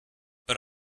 but